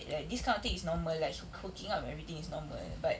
like this kind of thing is normal lah hoo~ hooking up and everything is normal but